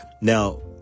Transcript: Now